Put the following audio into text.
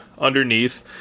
underneath